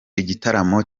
igitaramo